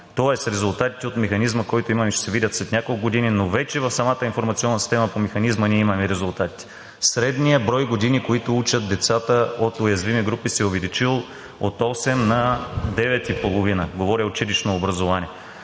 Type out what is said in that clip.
Тоест резултатите от Механизма, който имаме, ще се видят след няколко години, но вече в самата информационна система по него ние имаме резултатите. Средният брой години, които учат децата от уязвими групи, се е увеличил от осем на девет и половина – говоря училищно образование.